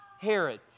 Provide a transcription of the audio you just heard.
Herod